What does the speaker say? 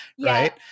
Right